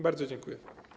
Bardzo dziękuję.